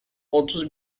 otuz